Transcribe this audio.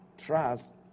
Trust